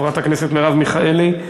חברת הכנסת מרב מיכאלי,